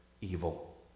evil